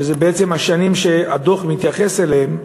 אלה בעצם השנים שהדוח מתייחס אליהן,